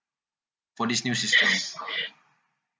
for this new system